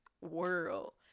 world